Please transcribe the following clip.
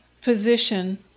position